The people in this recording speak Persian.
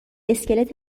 اسکلت